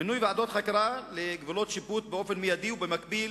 מינוי ועדות חקירה לגבולות שיפוט מייד, ובמקביל